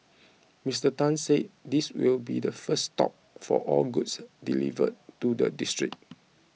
Mister Tan said this will be the first stop for all goods delivered to the district